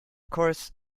course